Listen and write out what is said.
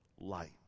light